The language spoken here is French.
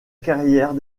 carrière